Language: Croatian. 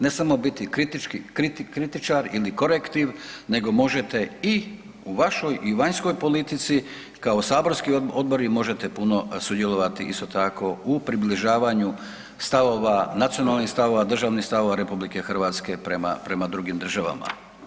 Ne samo biti kritičar ili korektiv, nego možete i u vašoj i vanjskoj politici kao saborski odbori možete puno sudjelovati isto tako u približavanju stavova, nacionalnih stavova, državnih stavova Republike Hrvatske prema drugim državama.